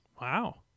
wow